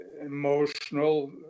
emotional